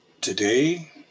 today